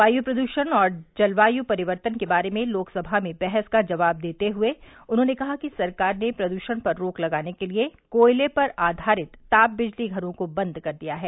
वायु प्रदृषण और जलवायु परिवर्तन के बारे में लोकसभा में बहस का जवाब देते हुए उन्होंने कहा कि सरकार ने प्रदूषण पर रोक लगाने के लिए कोयले पर आधारित ताप बिजली घरो को बंद कर दिया है